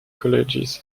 colleges